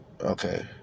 Okay